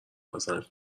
پسند